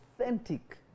authentic